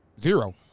Zero